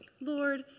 Lord